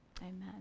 Amen